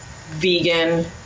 vegan